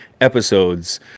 episodes